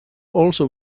also